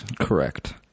Correct